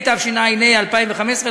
התשע"ה 2015,